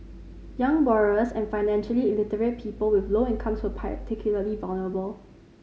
young borrowers and financially illiterate people with low incomes were particularly vulnerable